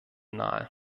nahe